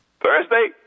Thursday